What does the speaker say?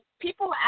people